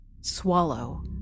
Swallow